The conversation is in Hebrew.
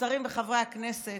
השרים וחברי הכנסת,